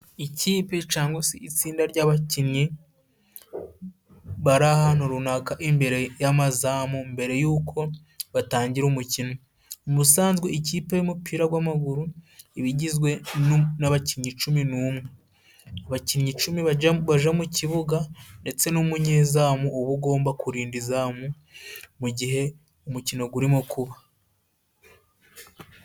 Ikipe cyangwa se itsinda ry'abakinnyi bari ahantu runaka imbere y'amazamu mbere yuko batangira umukino. Ubusanzwe ikipe y'umupira gw'amaguru iba igizwe n'abakinnyi cumi n'umwe, abakinnyi icumi bajya baja mu kibuga ndetse n'umunyezamu uba ugomba kurinda izamu mu gihe umukino gurimo kuba.